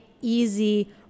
easy